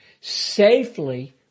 safely